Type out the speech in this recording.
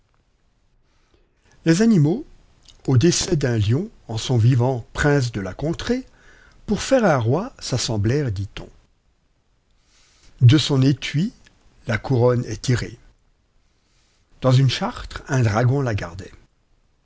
lies animaux au décès d'un lion en son vivant prince de la contrée pour faire un rois'asscmblèrent dit-on ue son étui ia couronne est tirée dans une char ire un dragon la gardait